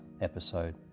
episode